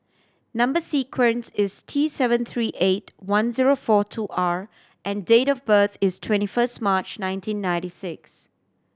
number sequence is T seven three eight one zero four two R and date of birth is twenty first March nineteen ninety six